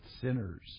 sinners